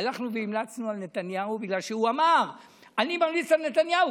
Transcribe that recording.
הלכנו והמלצנו על נתניהו בגלל שהוא אמר: אני ממליץ על נתניהו.